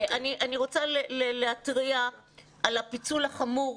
אני רוצה להתריע על הפיצול החמור,